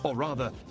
ah rather,